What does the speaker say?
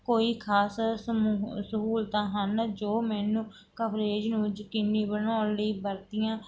ਕੋਈ ਖ਼ਾਸ ਸਮੂਹ ਸਹੂਲਤਾਂ ਹਨ ਜੋ ਮੈਨੂੰ ਕਵਰੇਜ ਨੂੰ ਯਕੀਨੀ ਬਣਾਉਣ ਲਈ ਵਰਤੀਆਂ